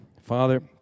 Father